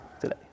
today